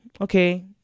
okay